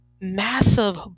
massive